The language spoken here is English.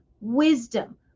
wisdom